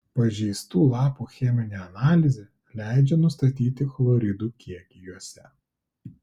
pažeistų lapų cheminė analizė leidžia nustatyti chloridų kiekį juose